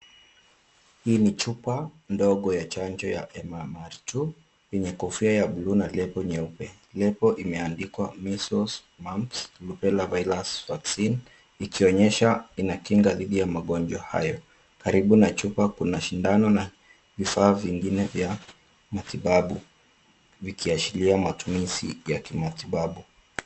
Hii ni chupa ndogo ya chanjo ya MMR-2. Yenye kofia ya bluu na lebo nyeupe. Lebo limeandikwa Measles, Mumps, Rubella Virus Vaccine . Ikionyesha inakinga dhidi ya magonjwa hayo. Karibu na chupa kuna shindano na vifaa vingine vya matibabu. Vikiashiria matumizi ya kimatibabu.